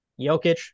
Jokic